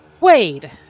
Wade